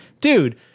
dude